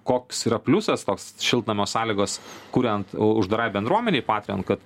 koks yra pliusas tos šiltnamio sąlygos kuriant u uždarai bendruomenei patrion kad